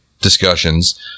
discussions